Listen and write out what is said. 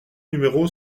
numéro